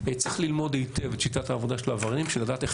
צריך ללמוד היטב את שיטת העבודה של העבריינים כדי לדעת איך